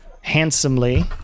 handsomely